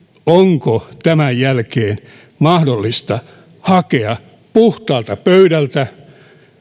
onko tämän jälkeen mahdollista hakea puhtaalta pöydältä